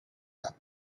cup